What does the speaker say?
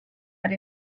that